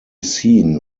seen